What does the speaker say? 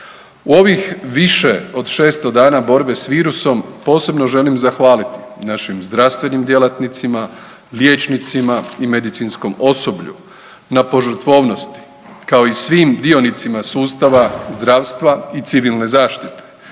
U ovih više od 600 dana borbe s virusom, posebno želim zahvaliti našim zdravstvenim djelatnicima, liječnicima i medicinskom osoblju na požrtvovnosti, kao i svim dionicima sustava zdravstva i civilne zaštite